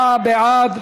54 בעד,